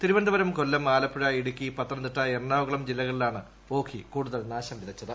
തിരുവനന്തപുരം കൊല്ലം ആലപ്പുഴ ഇടുക്കി പത്തനംതിട്ട എറണാകുളം ജില്ലകളിലാണ് ഓഖി കൂടുതൽ നാശം വിതച്ചത്